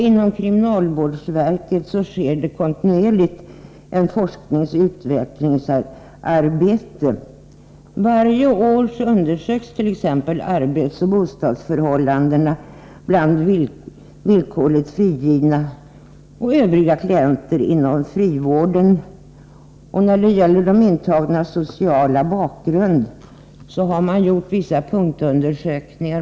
Inom kriminalvårdsverket sker ett kontinuerligt forskningsoch utvecklings arbete. Varje år undersöks t.ex. arbetsoch bostadsförhållandena bland villkorligt frigivna och övriga klienter inom frivården. När det gäller de intagnas sociala bakgrund har man gjort vissa punktundersökningar.